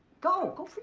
go, go for